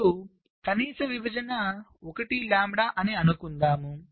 మరియు కనీస విభజన 1 లాంబ్డా అని అనుకుందాం